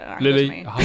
Lily